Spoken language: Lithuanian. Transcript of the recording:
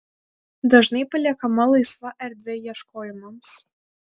dažnai paliekama laisva erdvė ieškojimams